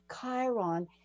Chiron